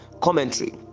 commentary